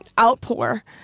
outpour